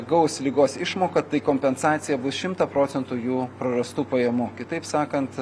gaus ligos išmoką tai kompensacija bus šimtą procentų jų prarastų pajamų kitaip sakant